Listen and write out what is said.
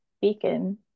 beacon